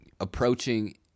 approaching